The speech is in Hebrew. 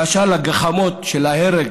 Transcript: והשאר, לגחמות של ההרג,